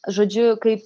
žodžiu kai